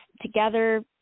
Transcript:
together